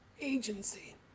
agency